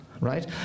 right